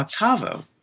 octavo